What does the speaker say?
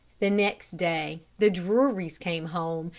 the next day the drurys came home,